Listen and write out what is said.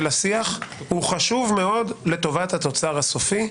השיח הוא חשוב מאוד לטובת התוצר הסופי.